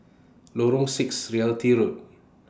Lorong six Realty Park